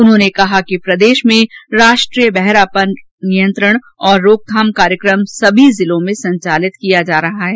उन्होंने कहा कि प्रदेश में राष्ट्रीय बहरापन नियंत्रण और रोकथाम कार्यक्रम सभी जिलों में संचालित किया जा रहा है